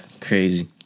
crazy